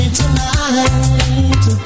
tonight